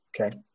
Okay